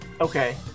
Okay